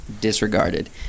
disregarded